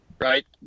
Right